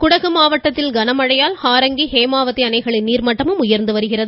குடகு மாவட்டத்தில் கனமழையால் ஹாரங்கி ஹேமாவதி அணைகளின் நீர்மட்டமும் உயர்ந்து வருகிறது